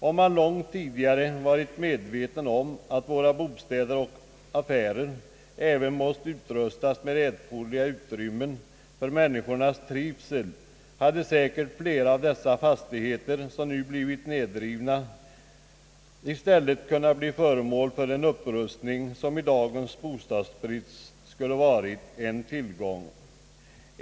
Om man långt tidigare hade varit medveten om att våra bostäder och affärer även måste utrustas med erforderliga utrymmen för människornas trivsel, hade säkert flera av de fastigheter som nu har blivit nedrivna i stället kunnat bli föremål för en upprustning, som i dagens bostadsbrist utgjort en tillgång.